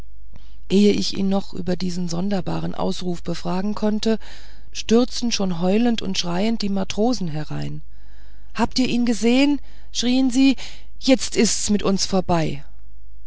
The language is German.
ehe ich ihn noch über diesen sonderbaren ausruf befragen konnte stürzten schon heulend und schreiend die matrosen herein habt ihr ihn gesehn schrien sie jetzt ist's mit uns vorbei